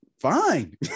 fine